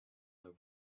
d’en